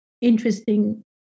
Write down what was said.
interesting